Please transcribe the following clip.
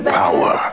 power